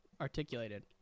articulated